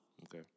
Okay